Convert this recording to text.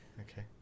Okay